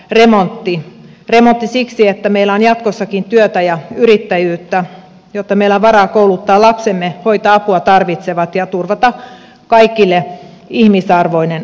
remontti siksi että meillä on jatkossakin työtä ja yrittäjyyttä jotta meillä on varaa kouluttaa lapsemme hoitaa apua tarvitsevat ja turvata kaikille ihmisarvoinen vanhuus